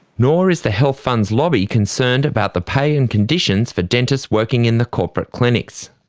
nor is the health funds lobby concerned about the pay and conditions for dentists working in the corporate clinics.